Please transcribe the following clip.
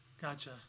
Gotcha